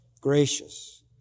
gracious